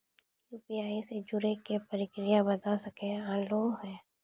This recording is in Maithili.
यु.पी.आई से जुड़े के प्रक्रिया बता सके आलू है?